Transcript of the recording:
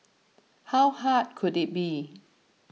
how hard could it be